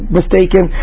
mistaken